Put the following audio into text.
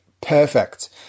perfect